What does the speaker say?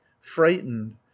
frightened